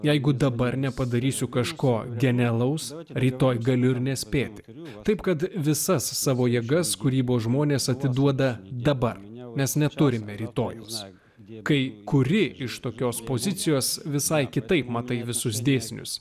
jeigu dabar nepadarysiu kažko genialaus o rytoj galiu ir nespėti karių taip kad visas savo jėgas kūrybos žmonės atiduoda dabar mes neturime rytojaus kai kuri iš tokios pozicijos visai kitaip matai visus dėsnius